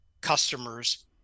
customers